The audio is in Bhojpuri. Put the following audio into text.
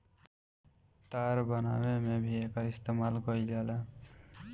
तार बनावे में भी एकर इस्तमाल कईल जाला